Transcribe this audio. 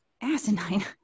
asinine